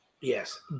Yes